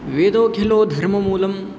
वेदोऽखिलो धर्ममूलं